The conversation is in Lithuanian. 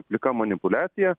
plika manipuliacija